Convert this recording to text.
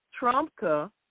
Trumpka